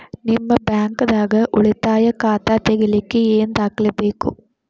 ನಿಮ್ಮ ಬ್ಯಾಂಕ್ ದಾಗ್ ಉಳಿತಾಯ ಖಾತಾ ತೆಗಿಲಿಕ್ಕೆ ಏನ್ ದಾಖಲೆ ಬೇಕು?